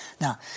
Now